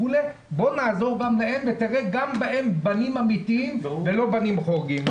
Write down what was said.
נעזור גם להם ונראה בהם גם בנים אמיתיים ולא בנים חורגים.